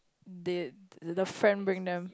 they the friend bring them